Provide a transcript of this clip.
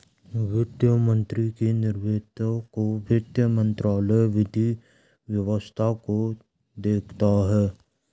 वित्त मंत्री के नेतृत्व में वित्त मंत्रालय विधि व्यवस्था को देखता है